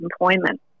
employment